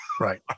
Right